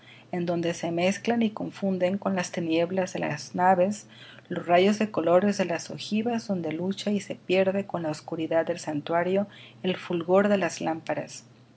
en donde se mezclan y confunden con las tinieblas de las naves los rayos de colores de las ojivas donde lucha y se pierde con la oscuridad del santuario el fulgor de las lámparas